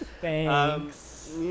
Thanks